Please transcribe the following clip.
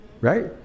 right